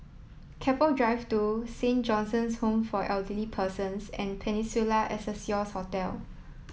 Keppel drive two Saint John's Home for Elderly Persons and Peninsula Excelsior Hotel